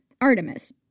Artemis